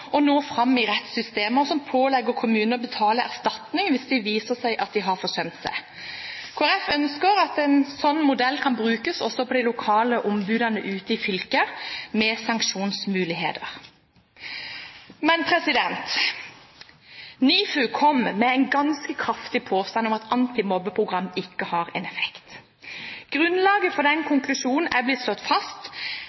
nå fram i rettssystemet, og som pålegger kommunene å betale erstatning hvis det viser seg at de har forsømt seg. Kristelig Folkeparti ønsker at en sånn modell kan brukes også av de lokale ombudene ute i fylket med sanksjonsmulighet. NIFU kom med en ganske kraftig påstand om at antimobbeprogram ikke har en effekt. I ettertid er det blitt slått fast at den